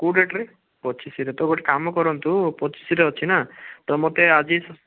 କେଉଁ ଡେଟ୍ରେ ପଚିଶିରେ ତ ଗୋଟେ କାମ କରନ୍ତୁ ପଚିଶିରେ ଅଛି ନା ତ ମତେ ଆଜି